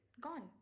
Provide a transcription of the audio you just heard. gone